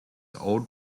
old